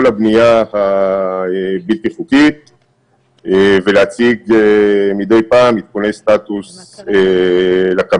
הבנייה הבלתי חוקית ולהציג מדי פעם עדכוני סטטוס לקבינט.